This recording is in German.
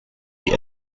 die